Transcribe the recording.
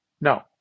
No